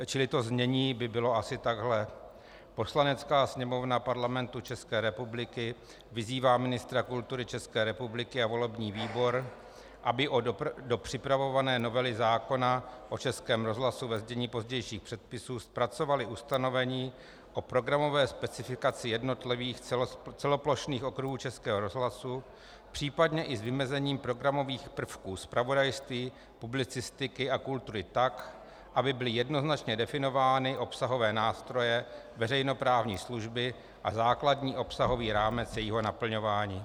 Čili to znění by bylo asi takhle: Poslanecká sněmovna Parlamentu České republiky vyzývá ministra kultury České republiky a volební výbor, aby do připravované novely zákona o Českém rozhlasu ve znění pozdějších předpisů zpracovali ustanovení o programové specifikaci jednotlivých celoplošných okruhů Českého rozhlasu, případně i s vymezením programových prvků zpravodajství, publicistiky a kultury tak, aby byly jednoznačně definovány obsahové nástroje veřejnoprávní služby a základní obsahový rámec jejího naplňování.